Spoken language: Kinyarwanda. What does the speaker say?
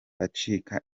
acika